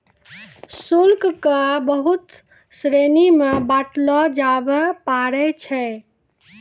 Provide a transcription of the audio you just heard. शुल्क क बहुत श्रेणी म बांटलो जाबअ पारै छै